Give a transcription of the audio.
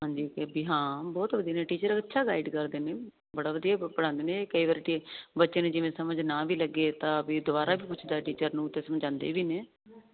ਹਾਂਜੀ ਹਾਂ ਬਹੁਤ ਵਧੀਆ ਟੀਚਰ ਅੱਛਾ ਗਾਈਡ ਕਰਦੇ ਬੜਾ ਵਧੀਆ ਬਣਾਉਂਦੇ ਨੇ ਕਈ ਵਾਰੀ ਬੱਚੇ ਨੇ ਜਿਵੇਂ ਸਮਝ ਨਾ ਵੀ ਲੱਗੇ ਤਾਂ ਵੀ ਦੁਬਾਰਾ ਵੀ ਪੁੱਛਦਾ ਟੀਚਰ ਨੂੰ ਤੇ ਸਮਝਾਉਂਦੇ ਵੀ ਨੇ